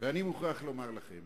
ואני מוכרח לומר לכם